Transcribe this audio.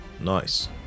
Nice